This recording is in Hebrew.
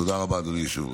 תודה רבה, אדוני היושב-ראש.